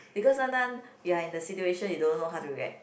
because sometime you are in the situation you don't know how to react